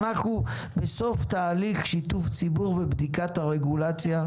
אנחנו בסוף תהליך שיתוף ציבור ובדיקת הרגולציה.